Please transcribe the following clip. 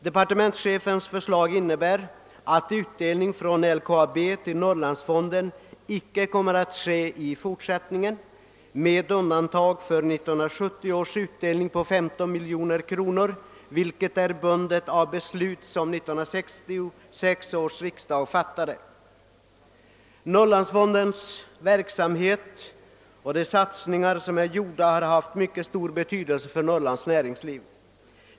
Departementschefens förslag innebär att utdelning från LKAB till Norrlandsfonden icke skall ske i fortsättningen med undantag för De satsningar som Norrlandsfonden har gjort har haft stor betydelse för Norrlands näringsliv.